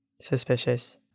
Suspicious